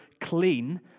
clean